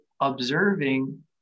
observing